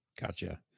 Gotcha